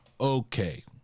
okay